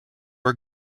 are